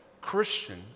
Christian